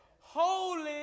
holy